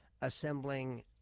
assembling